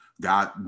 God